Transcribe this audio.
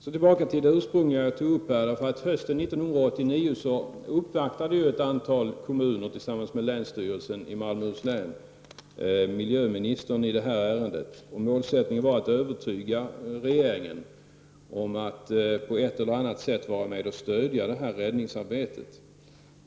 Tillbaka till det jag ursprungligen tog upp. Hösten 1989 uppvaktades miljöministern i det här ärendet av ett antal kommuner tillsammans med länsstyrelsen i Malmöhus län. Målsättningen var att övertyga regeringen om att på ett eller annat sätt vara med och stödja räddningsarbetet.